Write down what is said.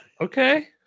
Okay